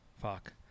fuck